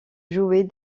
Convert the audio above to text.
jouets